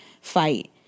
fight